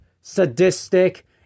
sadistic